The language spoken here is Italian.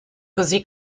così